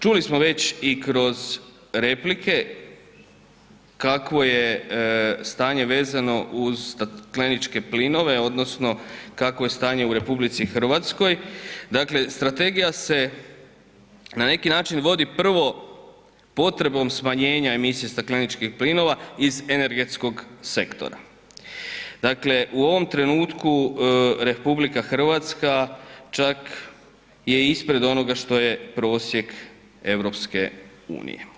Čuli smo već i kroz replike kakvo je stanje vezano uz stakleničke plinove odnosno kakvo je stanje u RH, dakle strategija se na neki način vodi prvo potrebom smanjenja emisije stakleničkih plinova iz energetskog sektora, dakle u ovom trenutku RH čak je ispred onoga što je prosjek EU.